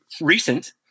recent